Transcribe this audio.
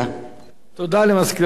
תודה למזכירת הכנסת.